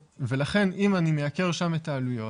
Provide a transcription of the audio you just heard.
ולכן אם אני מייקר שם את העלויות,